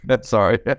Sorry